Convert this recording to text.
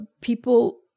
People